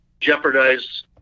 jeopardize